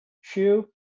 Shoe